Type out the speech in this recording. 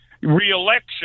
re-election